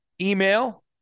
email